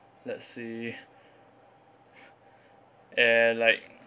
let's see eh like